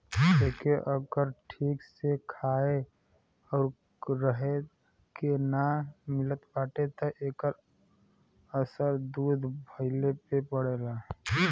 एके अगर ठीक से खाए आउर रहे के ना मिलत बाटे त एकर असर दूध भइले पे पड़ेला